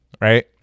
right